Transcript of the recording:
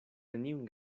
neniun